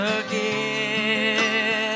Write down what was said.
again